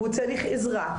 הוא צריך עזרה.